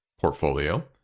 portfolio